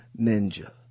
ninja